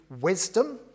wisdom